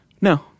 No